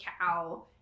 cow